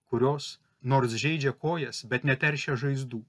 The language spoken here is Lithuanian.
kurios nors žeidžia kojas bet neteršia žaizdų